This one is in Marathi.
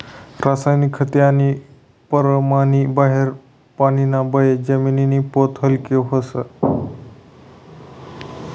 रासायनिक खते आणि परमाननी बाहेर पानीना बये जमिनी पोत हालकी व्हस